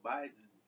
Biden